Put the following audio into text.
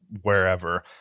wherever